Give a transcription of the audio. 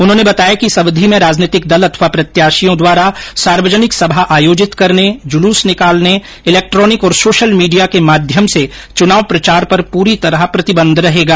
उन्होंने बताया कि इस अवधि में राजनीतिक दल अथवा प्रत्याशियों द्वारा सार्वजनिक सभा आयोजित करने जुलूस निकालने इलेक्ट्रॉनिक और सोशल मीडिया के माध्यम से चुनाव प्रचार पर पूरी तरह प्रतिबंध रहेगा